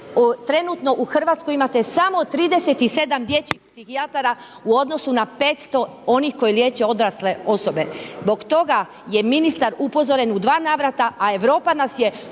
Trenutno u Hrvatskoj imate samo 37 dječjih psihijatara u odnosu na 500 onih koji liječe odrasle osobe. Zbog toga je ministar upozoren u dva navrata a Europa nas je